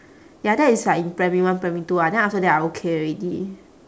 ya that is like in primary one primary two ah then after that I okay already